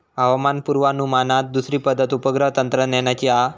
हवामान पुर्वानुमानात दुसरी पद्धत उपग्रह तंत्रज्ञानाची हा